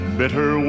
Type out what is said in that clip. bitter